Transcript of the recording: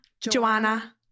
Joanna